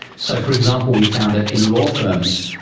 so, for example, we found that in law firms,